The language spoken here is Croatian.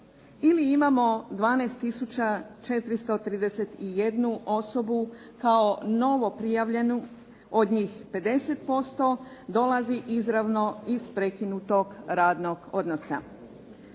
ili imamo 12431 osobu kao novo prijavljenu. Od njih 50% dolazi izravno iz prekinutog radnog odnosa.